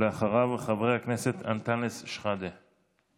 ואחריו, חבר הכנסת אנטאנס שחאדה.